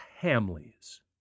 Hamley's